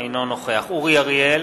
אינו נוכח אורי אריאל,